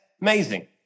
Amazing